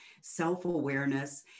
self-awareness